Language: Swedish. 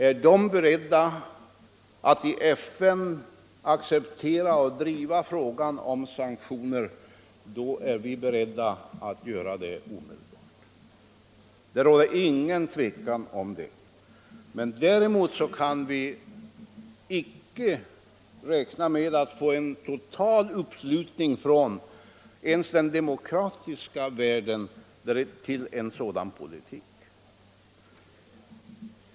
Är de beredda att i FN acceptera sanktioner och driva sådana, är också vi beredda att göra det. Det råder inget tvivel om det. Men däremot kan vi icke räkna med att få en total uppslutning ens från den demokratiska världen för en sådan politik.